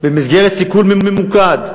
במסגרת סיכול ממוקד,